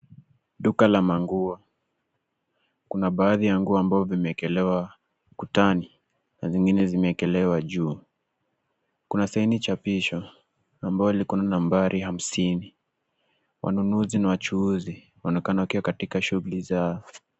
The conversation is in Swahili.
Duka la manguo. Kuna baadhi ya nguo ambao vimewekelewa ukutani zingine zimewekelewa juu. Kuna saini chapisho ambalo liko na nambari hamsini. Wanunuzi na wachuuzi wanaonekana wakiwa katika shughuli zao.